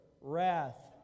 wrath